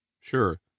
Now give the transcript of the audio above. Sure